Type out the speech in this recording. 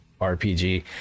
rpg